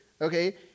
okay